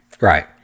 Right